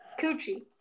Coochie